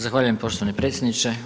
Zahvaljujem poštovani predsjedniče.